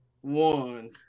one